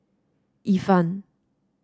Ifan